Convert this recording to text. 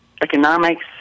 economics